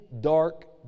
dark